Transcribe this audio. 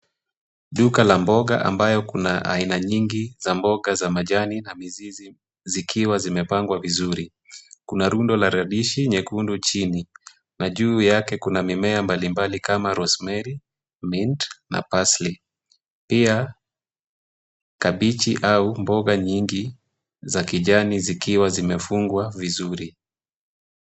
Duka la mboga ambayo kuna aina nyingi za mboga za majani na mizizi zikiwa zimepangwa vizuri. Kuna rundo la redishi nyekundu chini na juu yake kuna mimea mbalimbali kama; Rosemary, Mint na Palsy . Pia kabichi au mboga nyingi za kijani zikiwa zimefungwa vizuri.